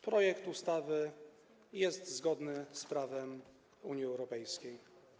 Projekt ustawy jest zgodny z prawem Unii Europejskiej.